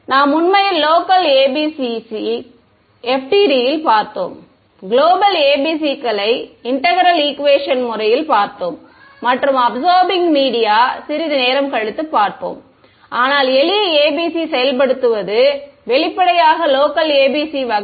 எனவே நாம் உண்மையில் லோக்கல் ABCs FDTD ல் பார்த்தோம் குளோபல் ஏபிசிக்களை இன்டெக்ரேல் ஈக்குவேஷன் முறையில் பார்த்தோம் மற்றும் அபிசார்பிங் மீடியா சிறிது நேரம் கழித்து பார்ப்போம் ஆனால் எளிய ABC செயல்படுத்துவது வெளிப்படையாக லோக்கல் ABC வகை